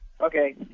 Okay